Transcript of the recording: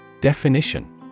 Definition